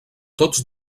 tots